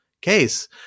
case